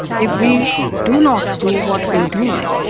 if we do not do what we do,